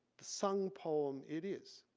the sung poem it is?